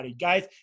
Guys